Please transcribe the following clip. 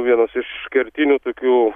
vienas iš kertinių tokių